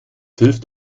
hilft